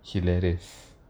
hilarious